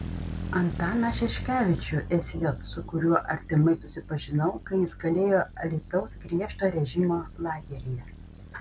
antaną šeškevičių sj su kuriuo artimai susipažinau kai jis kalėjo alytaus griežto režimo lageryje